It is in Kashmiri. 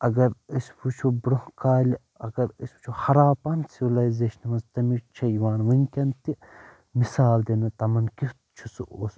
اگر أسۍ وُِچھو برٛونٛہہ کالہِ اگر أسۍ ؤچھُو ہراپن سِولایزیشنہِ منٛز تمِچ چھِ یِوان ؤنِکیٚن تہِ مثال دِنہٕ تِمن کیُت چھُ سُہ اوسمُت